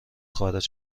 خارج